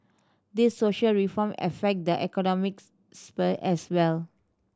these social reform affect the economics sphere as well